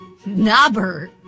Knobber